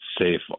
safe